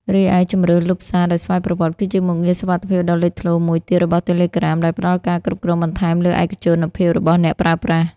រីឯជម្រើសលុបសារដោយស្វ័យប្រវត្តិ គឺជាមុខងារសុវត្ថិភាពដ៏លេចធ្លោមួយទៀតរបស់ Telegram ដែលផ្ដល់ការគ្រប់គ្រងបន្ថែមលើឯកជនភាពរបស់អ្នកប្រើប្រាស់។